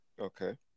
Okay